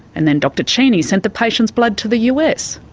and then dr cheney sent the patient's blood to the us,